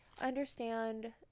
understand